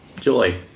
Joy